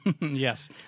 Yes